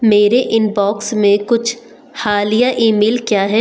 मेरे इनबॉक्स में कुछ हालिया ईमेल क्या है